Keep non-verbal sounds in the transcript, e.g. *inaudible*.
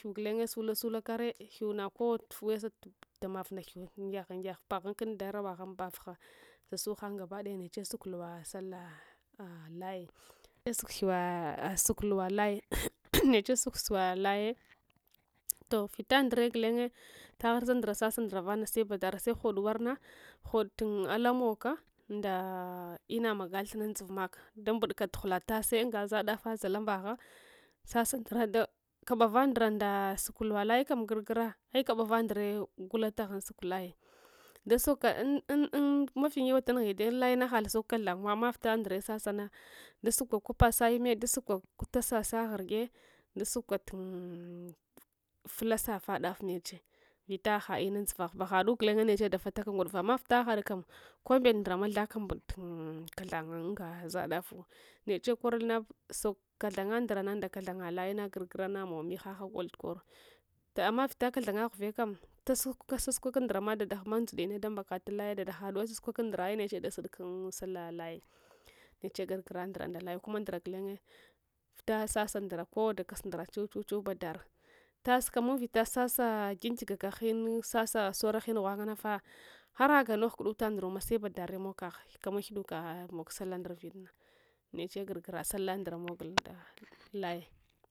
Hiyu gulanre nasula sulakara hiyuna kowa *unintelligible* dama aufal hiyu ngyagha ngyagh paghanika paghankan darowe gha anbefagha susahan gabataya neche suk luwa sala sala laya e suk hiyuwa suk huwa neche suk luwa laya to vita ndra glennye harsa sasa ndra se badara se hod warna hodt ala moka nda ina maga thina andziva maka da mbdka duhula tase angasa dafa zhalambagha sasa ndra da kab’ava ndra nda suk luwa laye kana grgra ai suk luwa laye kam grgra as kabava ndra gula taghan suklaya dasuka an an mafinyawada tnghun an layana hal ta sukul kathanwa amma vita ndra sasama da suka kopa sa ime dasuka tasasa ghrge dasuka flasaa fadat meche vita hahat inan dsovagha bagwa hadu guleny neche dafatakangudufe amma vita hahant kam kovambat ndrama thonruka inbdatu kathanwu angazha daf neche kor na sok luuk thatha nya ngra nda kathanya laya da grgra namo mihaha golt kora ama vita kalthanya ghvakam dasusuka ndrama dadaanda hama ndzine da mbakatacha an laya dada hatuwo ai sasukwa andra aineche da sodka an salla laye neche grgra ndra nda laye kuma ndra gulenye vita sasa ndra kowa dakasa ndra chu chu chu baddara tas kanana vita sasa kinkigaka sasa sora hin ghulanyata har hakagh moghka kututa ndra ma ebbadaro mogkagh komar huguk mog sala ndruidna neche grgra sala ndra nda laye